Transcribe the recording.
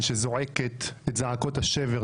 איך אתה לא מתבייש לשבת במפלגה של עבריין מורשע באלימות